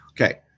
Okay